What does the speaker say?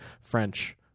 french